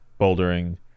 bouldering